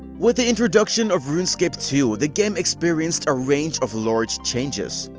with the introduction of runescape two, the game experienced a range of large changes.